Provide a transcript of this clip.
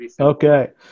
Okay